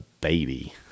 baby